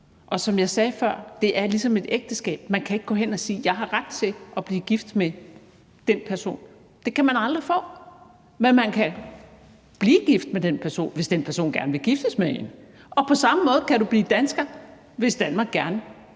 Og som jeg sagde før: Det er ligesom et ægteskab. Man kan ikke gå hen og sige: Jeg har ret til at blive gift med den person. Det kan man aldrig få. Men man kan blive gift med den person, hvis den person gerne vil giftes med en. På samme måde kan du blive dansker, hvis Danmark gerne vil have dig